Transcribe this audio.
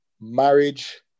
marriage